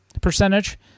percentage